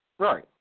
Right